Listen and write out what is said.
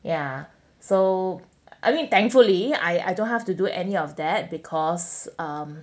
ya so I mean thankfully I don't have to do any of that because um